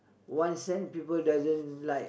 one cent people doesn't like